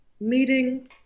meeting